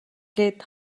гээд